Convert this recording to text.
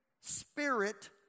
spirit